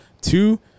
two